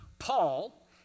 Paul